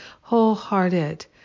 wholehearted